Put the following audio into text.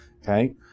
Okay